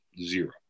zero